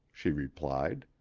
she replied.